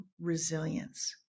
resilience